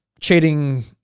Cheating